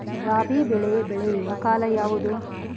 ರಾಬಿ ಬೆಳೆ ಬೆಳೆಯುವ ಕಾಲ ಯಾವುದು?